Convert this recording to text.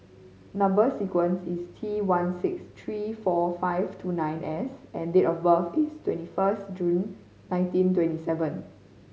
number sequence is T one six three four five two nine S and date of birth is twenty first June nineteen twenty seven